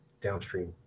downstream